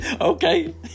okay